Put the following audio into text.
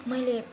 मैले